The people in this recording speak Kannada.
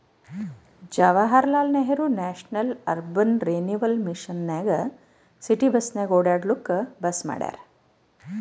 Jawaharlal Nehru national urban renewal mission ನಾಗ್ ಸಿಟಿನಾಗ್ ಒಡ್ಯಾಡ್ಲೂಕ್ ಬಸ್ ಮಾಡ್ಯಾರ್